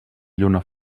lluna